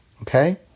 Okay